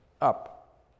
up